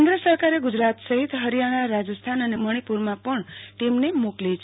કેન્દ્ર સરકારે ગુજરાત સહીત હરિયાણા રાજસ્થાન અને મણિપુરમાં પણ ટીમ મોકલી છે